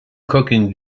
cooking